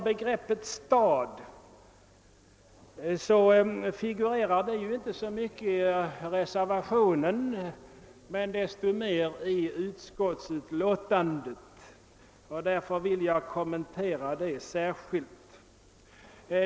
Begreppet stad figurerar inte så mycket i reservationen men desto mera i utskottsutlåtandet, och därför vill jag kommentera det särskilt.